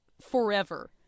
forever